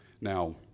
Now